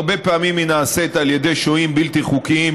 הרבה פעמים היא נעשית על ידי שוהים בלתי חוקיים